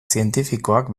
zientifikoak